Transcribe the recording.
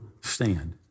stand